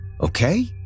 Okay